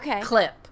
clip